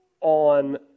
on